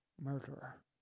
murderer